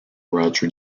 roger